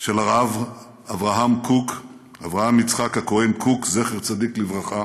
של הרב אברהם יצחק הכהן קוק, זכר צדיק לברכה,